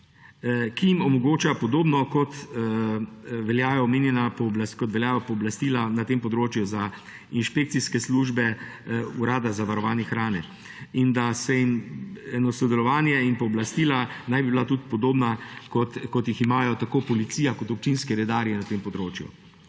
ki jim omogoča, podobno kot veljajo pooblastila na tem področju za inšpekcijske službe urada za varovanje hrane, in eno sodelovanje in pooblastila naj bi bila tudi podobna, kot jih imajo tako policija kot občinski redarji na tem področju.